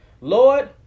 Lord